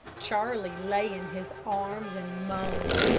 charlie lay in his arms and moaned.